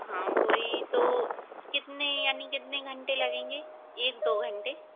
हाँ वही तो कितने यानी कितने घंटे लगेंगे एक दो घंटे